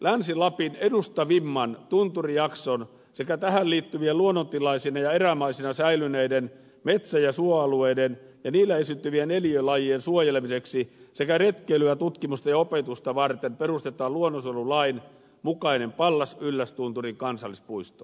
länsi lapin edustavimman tunturijakson sekä tähän liittyvien luonnontilaisina ja erämaisina säilyneiden metsä ja suoalueiden ja niillä esiintyvien eliölajien suojelemiseksi sekä retkeilyä tutkimusta ja opetusta varten perustetaan luonnonsuojelulain mukainen pallas yllästunturin kansallispuisto